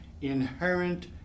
inherent